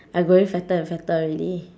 I'm growing fatter and fatter already